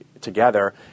together